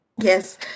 Yes